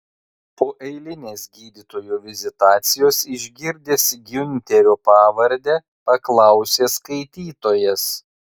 po eilinės gydytojo vizitacijos išgirdęs giunterio pavardę paklausė skaitytojas